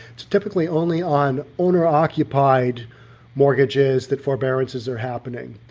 typically only on owner occupied mortgages that forbearances are happening.